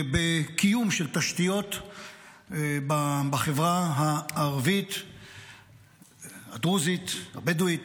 ובקיום של תשתיות בחברה הערבית, הדרוזית, הבדואית,